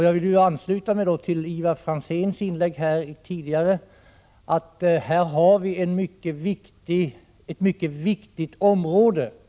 Jag vill då ansluta mig till vad Ivar Franzén sade om att vi här har ett mycket viktigt område.